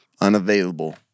Unavailable